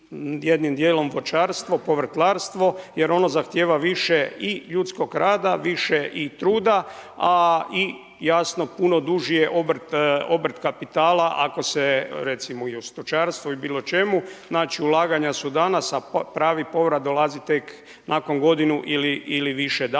jednim djelom voćarstvo, povrtlarstvo jer ono zahtjeva više i ljudskog rada, više i truda, a i jasno puno duži je obrt kapitala ako se recimo u stočarstvu ili bilo čemu znači ulaganja su danas, a pravi povrat dolazi tek nakon godinu ili više dana